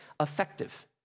effective